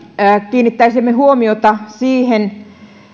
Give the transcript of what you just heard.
kiinnittäisimme huomiota siihen